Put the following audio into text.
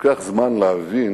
לוקח זמן להבין